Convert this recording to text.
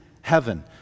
heaven